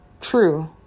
true